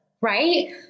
right